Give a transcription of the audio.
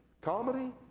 comedy